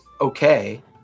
Okay